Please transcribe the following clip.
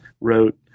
wrote